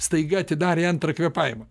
staiga atidarė antrą kvėpavimą